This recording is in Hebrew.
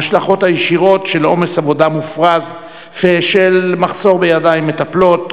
ההשלכות הישירות של עומס עבודה מופרז ושל מחסור בידיים מטפלות